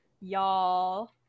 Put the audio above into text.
Y'all